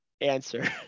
answer